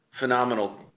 phenomenal